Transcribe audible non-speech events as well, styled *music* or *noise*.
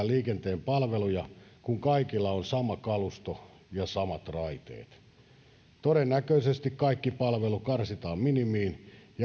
*unintelligible* liikenteen palveluja kun kaikilla on sama kalusto ja samat raiteet todennäköisesti kaikki palvelu karsitaan minimiin